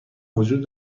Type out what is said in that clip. وجود